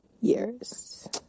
years